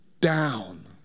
down